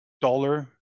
dollar